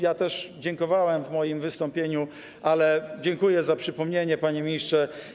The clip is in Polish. Ja też dziękowałem w wystąpieniu, ale dziękuję za przypomnienie, panie ministrze.